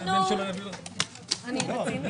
הישיבה ננעלה בשעה 17:00.